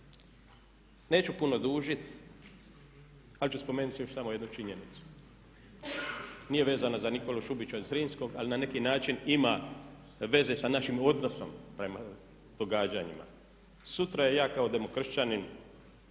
neću puno dužiti ali ću spomenuti još samo jednu činjenicu, nije vezana za Nikolu Šubića Zrinskog ali na neki način ima veze sa našim odnosom prema događanjima. Sutra ja kao demokršćanin,